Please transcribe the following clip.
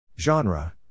Genre